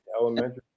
elementary